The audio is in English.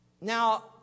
Now